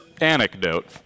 anecdote